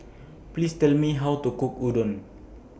Please Tell Me How to Cook Udon